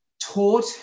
taught